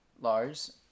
lars